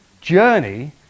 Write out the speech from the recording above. journey